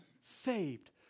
saved